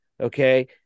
Okay